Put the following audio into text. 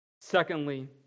Secondly